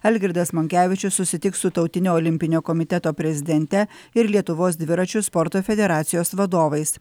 algirdas monkevičius susitiks su tautinio olimpinio komiteto prezidente ir lietuvos dviračių sporto federacijos vadovais